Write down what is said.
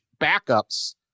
backups